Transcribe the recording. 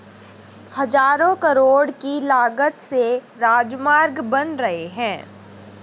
हज़ारों करोड़ की लागत से राजमार्ग बन रहे हैं